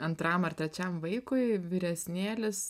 antram ar trečiam vaikui vyresnėlis